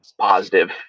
positive